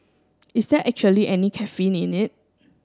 is there actually any caffeine in it